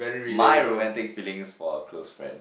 my romantic feelings for a close friend